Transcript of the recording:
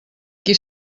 qui